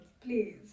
Please